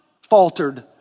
faltered